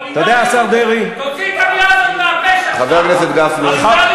אתה יודע, השר דרעי, חבר הכנסת גפני.